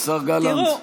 השר גלנט.